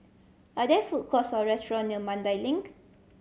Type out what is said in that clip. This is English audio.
are there food courts or restaurant near Mandai Link